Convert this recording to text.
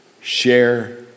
share